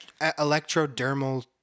electrodermal